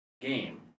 game